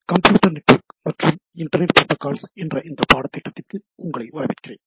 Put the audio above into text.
computer network மற்றும் internet protocols என்ற இந்தப் பாடத் திட்டத்திற்கு உங்களை வரவேற்கிறேன்